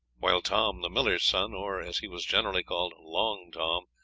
while tom, the miller's son, or, as he was generally called, long tom,